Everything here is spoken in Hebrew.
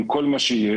עם כל מה שיש,